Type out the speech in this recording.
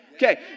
Okay